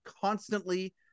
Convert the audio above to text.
constantly